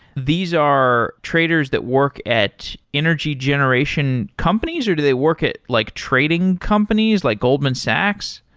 these are traders that work at energy generation companies or do they work at like trading companies, like goldman sachs?